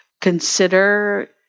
consider